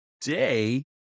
day